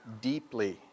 deeply